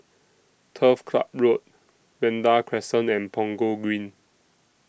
Turf Club Road Vanda Crescent and Punggol Green